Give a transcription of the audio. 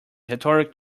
rhetoric